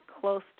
close